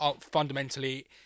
fundamentally